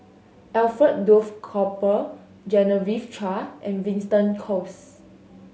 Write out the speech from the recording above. Alfred Duff Cooper Genevieve Chua and Winston Choos